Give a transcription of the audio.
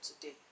today